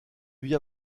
bien